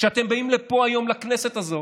כשאתם באים לפה היום, לכנסת הזאת,